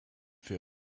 für